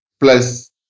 plus